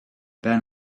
then